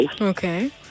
Okay